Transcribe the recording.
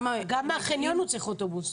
גם מהחניון הוא צריך אוטובוס.